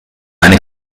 eine